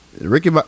Ricky